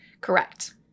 Correct